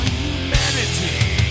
humanity